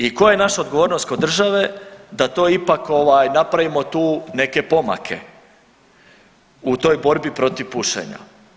I koja je naša odgovornost kao države, da to ipak ovaj napravimo tu neke pomake u toj borbi protiv pušenja.